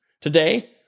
Today